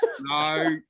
No